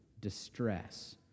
distress